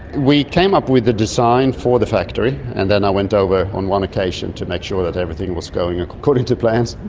we came up with a design for the factory, and then i went over on one occasion to make sure that everything was going according to plans.